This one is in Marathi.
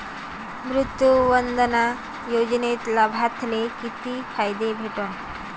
मातृवंदना योजनेत लाभार्थ्याले किती फायदा भेटन?